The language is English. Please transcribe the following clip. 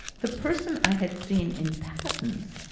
the person i had seen in pattens,